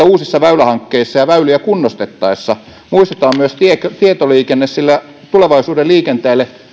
uusissa väylähankkeissa ja väyliä kunnostettaessa muistetaan myös tietoliikenne sillä tulevaisuuden liikenteelle